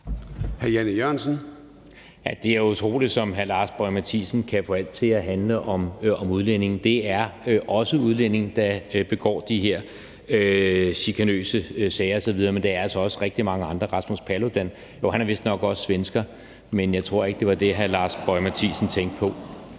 Det er utroligt, som hr. Lars Boje Mathiesen kan få alt til at handle om udlænding. Det er også udlændinge, der står bag de her chikanøse sager osv., men det er altså også rigtig mange andre. Rasmus Paludan, som vistnok er svensker, men jeg tror ikke, det var det, hr. Lars Boje Mathiesen tænkte på.